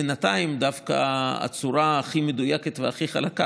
בינתיים דווקא הצורה הכי מדויקת והכי חלקה